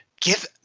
Give